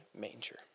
manger